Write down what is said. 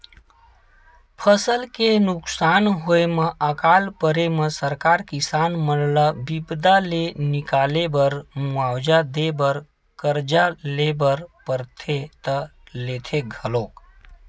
फसल के नुकसान होय म अकाल परे म सरकार किसान मन ल बिपदा ले निकाले बर मुवाजा देय बर करजा ले बर परथे त लेथे घलोक